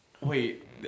Wait